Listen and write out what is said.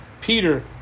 Peter